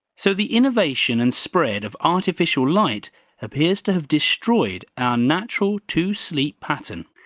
so the innovation and spread of artificial light appears to have destroyed our natural two-sleep pattern.